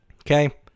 Okay